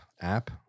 app